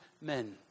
men